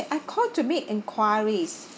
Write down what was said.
I called to make enquiries